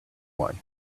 one